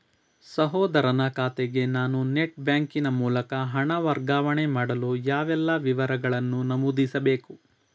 ಸಹೋದರನ ಖಾತೆಗೆ ನಾನು ನೆಟ್ ಬ್ಯಾಂಕಿನ ಮೂಲಕ ಹಣ ವರ್ಗಾವಣೆ ಮಾಡಲು ಯಾವೆಲ್ಲ ವಿವರಗಳನ್ನು ನಮೂದಿಸಬೇಕು?